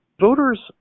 voters